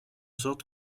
sorte